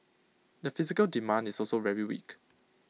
the physical demand is also very weak